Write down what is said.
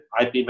ip